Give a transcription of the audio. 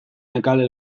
nekane